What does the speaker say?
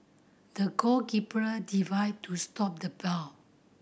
the goalkeeper divide to stop the ball